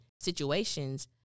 situations